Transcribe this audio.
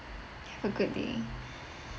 have a good day